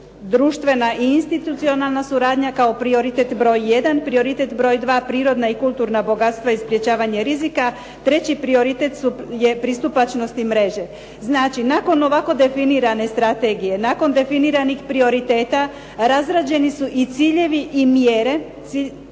društvena i institucionalna suradnja kao prioritet broj jedan. Prioritet broj dva, prirodna i kulturna bogatstva i sprječavanje rizika. Treći prioritet jesu pristupačnost i mreže. Znači nakon ovako definirane strategije, nakon definiranih prioriteta razrađeni su i ciljevi i mjere